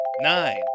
Nine